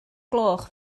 gloch